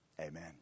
Amen